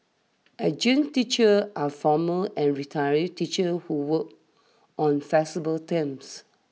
adjunct teachers are former and retired teachers who work on flexible terms